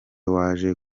waje